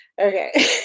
okay